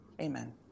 Amen